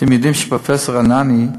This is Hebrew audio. אתם יודעים, פרופסור רענני,